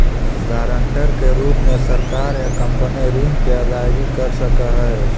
guarantor के रूप में सरकार या कंपनी ऋण के अदायगी कर सकऽ हई